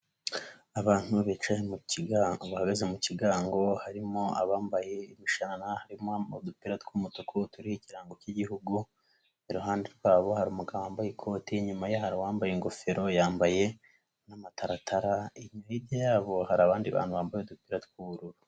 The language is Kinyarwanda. Abantu bicaye mu kigango harimo abambaye ibishanana, harimo udupira tw'umutuku turiho ikirango cy'igihugu, iruhande rwabo hari umugabo wambaye ikoti inyuma ye wambaye ingofero yambaye n'amataratara, hirya yabo hari abandi bantu bambaye udupira tw'ubururu.